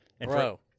Bro